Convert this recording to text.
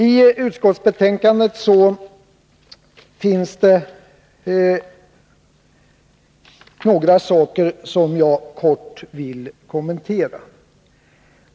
Jag vill kort kommentera ytterligare några punkter i utskottsbetänkandet.